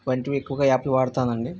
వంటివి ఎక్కువగా యాప్లు వాడతాను అండీ